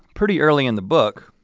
pretty early in the book,